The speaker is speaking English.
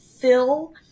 fill